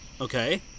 Okay